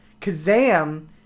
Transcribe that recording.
Kazam